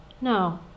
no